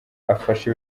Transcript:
afasha